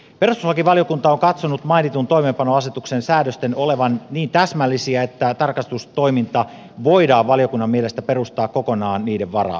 perustuslakivaliokunta on katsonut mainitun toimeenpanoasetuksen säädösten olevan niin täsmällisiä että tarkastustoiminta voidaan valiokunnan mielestä perustaa kokonaan niiden varaan